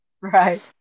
Right